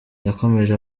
yakomeje